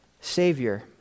Savior